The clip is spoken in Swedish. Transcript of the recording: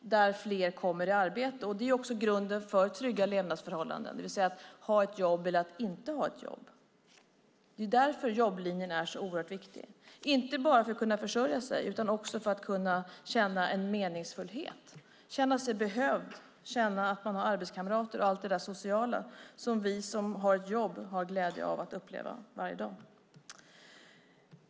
Fler kommer i arbete, vilket också är grunden för trygga levnadsförhållanden. Det är därför jobblinjen är så oerhört viktig, inte bara för att kunna försörja sig utan också för att kunna känna en meningsfullhet, känna sig behövd, känna att man har arbetskamrater och allt det där sociala som vi som har ett jobb har glädjen att uppleva varje dag.